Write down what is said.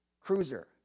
cruiser